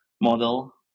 model